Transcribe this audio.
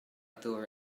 ddŵr